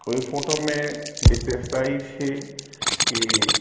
ओइ फोटोमे विशेषता ई छी कि